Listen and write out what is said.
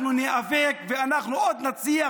אנחנו ניאבק, ואנחנו עוד נצליח,